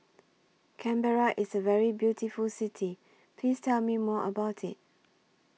Canberra IS A very beautiful City Please Tell Me More about IT